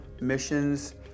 missions